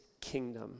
kingdom